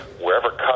wherever